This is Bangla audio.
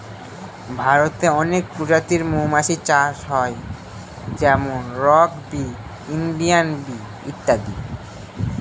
ভারতে অনেক প্রজাতির মৌমাছি চাষ হয় যেমন রক বি, ইন্ডিয়ান বি ইত্যাদি